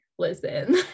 listen